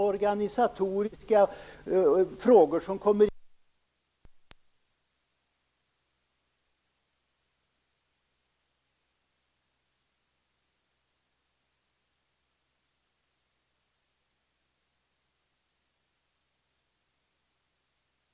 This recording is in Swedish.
Därför menar jag faktiskt att förslaget i Miljöpartiets reservation är mycket lättsinnigt och oförståndigt.